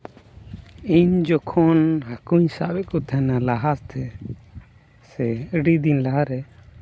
ᱤᱧ ᱡᱚᱠᱷᱚᱱ ᱦᱟᱹᱠᱩᱧ ᱥᱟᱵ ᱮᱫ ᱠᱚ ᱛᱟᱦᱮᱱᱟ ᱞᱟᱦᱟᱛᱮ ᱥᱮ ᱟᱹᱰᱤ ᱫᱤᱱ ᱞᱟᱦᱟᱨᱮ